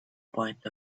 point